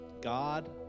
God